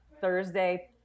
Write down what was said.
Thursday